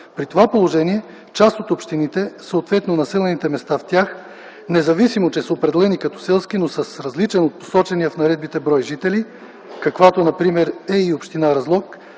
При това положение част от общините, съответно населените места в тях, независимо че са определени като селски, но са с различен брой жители от посочения в наредбите, каквато например е и община Разлог,